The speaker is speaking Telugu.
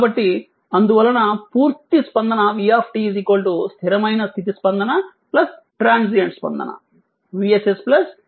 కాబట్టి అందువలన పూర్తి స్పందన v స్థిరమైన స్థితి స్పందన ట్రాన్సియంట్ స్పందన VSS vt